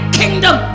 kingdom